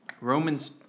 Romans